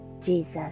Jesus